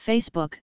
Facebook